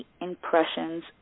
impressions